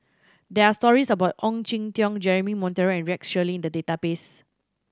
there are stories about Ong Jin Teong Jeremy Monteiro and Rex Shelley in the database